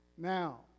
Now